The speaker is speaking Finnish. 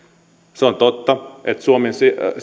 se on totta että suomen